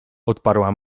odparła